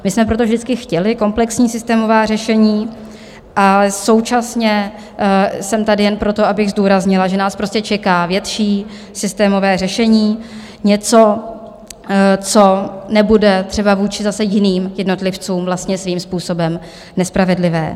My jsme proto vždycky chtěli komplexní systémová řešení, ale současně jsem tady jen proto, abych zdůraznila, že nás prostě čeká větší systémové řešení, něco, co nebude třeba vůči zase jiným jednotlivcům vlastně svým způsobem spravedlivé.